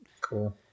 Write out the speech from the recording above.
Cool